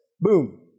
Boom